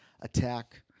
attack